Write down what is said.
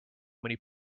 many